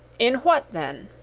in what, then?